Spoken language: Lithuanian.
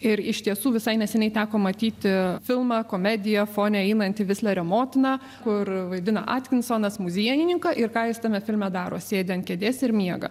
ir iš tiesų visai neseniai teko matyti filmą komediją fone einantį vislerio motiną kur vaidina atkinsonas muziejininką ir ką jis tame filme daro sėdi ant kėdės ir miega